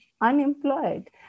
unemployed